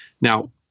now